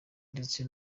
ndetse